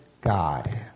God